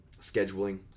scheduling